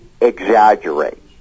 exaggerate